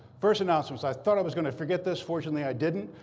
first announcements i thought i was going to forget this. fortunately, i didn't.